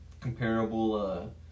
comparable